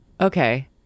Okay